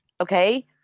Okay